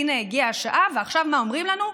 הינה, עכשיו הגיעה השעה, ועכשיו מה אומרים לנו?